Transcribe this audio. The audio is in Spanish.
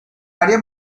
área